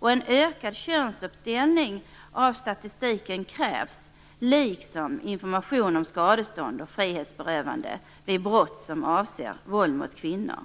En ökad könsuppdelning av statistiken krävs, liksom information om skadestånd och frihetsberövande vid brott som avser våld mot kvinnor.